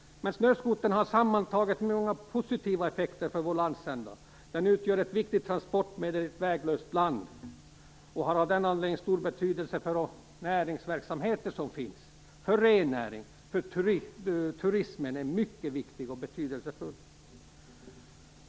Men snöskotern har sammantaget många positiva effekter för vår landsända. Den utgör ett viktigt transportmedel i väglöst land och har av den anledningen stor betydelse för de näringsverksamheter som finns. För rennäringen och turismen är den mycket viktig och betydelsefull.